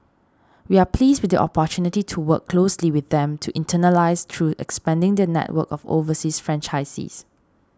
we are pleased with the opportunity to work closely with them to internationalise through expanding their network of overseas franchisees